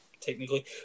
technically